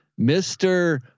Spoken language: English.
Mr